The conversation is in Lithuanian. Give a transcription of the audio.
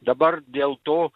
dabar dėl to